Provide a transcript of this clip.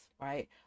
right